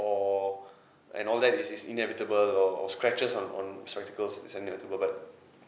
or and all that is is inevitable or scratches on on spectacles is inevitable but